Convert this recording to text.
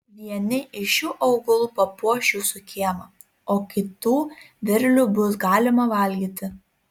vieni iš šių augalų papuoš jūsų kiemą o kitų derlių bus galima valgyti